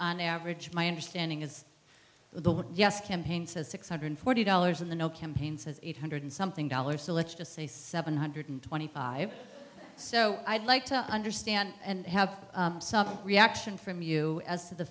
on average my understanding is the yes campaign says six hundred forty dollars in the no campaign says eight hundred something dollars so let's just say seven hundred twenty five so i'd like to understand and have some reaction from you as to the